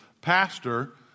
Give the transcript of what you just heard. pastor